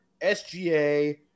SGA